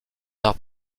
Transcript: arts